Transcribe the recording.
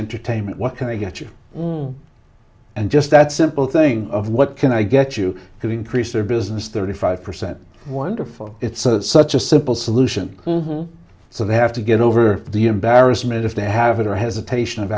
entertainment what can i get you one and just that simple thing of what can i get you to increase their business thirty five percent wonderful it's such a simple solution so they have to get over the embarrassment if they have it or hesitation of